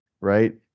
right